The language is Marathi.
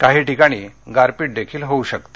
काही ठिकाणी गारपीटही होऊ शकते